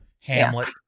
Hamlet